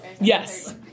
Yes